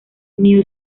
new